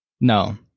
no